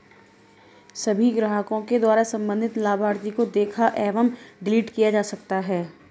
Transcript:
सभी ग्राहकों के द्वारा सम्बन्धित लाभार्थी को देखा एवं डिलीट किया जा सकता है